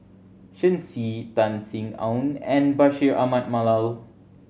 Shen Xi Tan Sin Aun and Bashir Ahmad Mallal